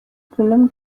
film